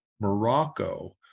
Morocco